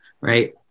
right